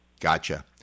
Gotcha